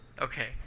okay